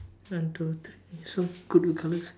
one two three so good with colours